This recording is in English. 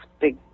big